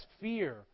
fear